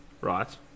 Right